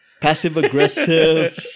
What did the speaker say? passive-aggressive